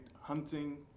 hunting